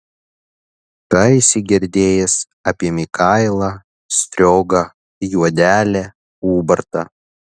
ką esi girdėjęs apie mikailą striogą juodelę ubartą